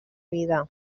vida